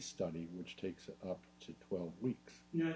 study which takes up to twelve weeks you know